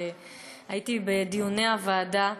והייתי בדיוני הוועדה,